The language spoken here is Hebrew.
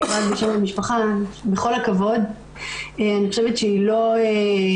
רק בשם המשפחה בכל הכבוד אני חושבת שהיא לא הבחירה